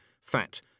fat